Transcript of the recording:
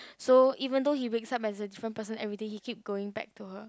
so even though he wakes up as a different person everyday he keep going back to her